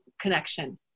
connection